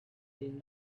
been